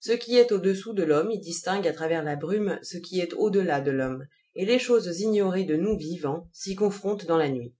ce qui est au-dessous de l'homme y distingue à travers la brume ce qui est au-delà de l'homme et les choses ignorées de nous vivants s'y confrontent dans la nuit